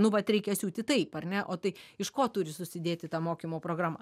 nu vat reikia siūti taip ar ne o tai iš ko turi susidėti ta mokymo programa